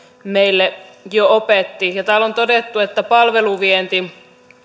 meille jo opetti täällä on todettu että palveluvienti